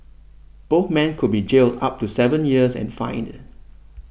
both men could be jailed up to seven years and fined